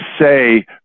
say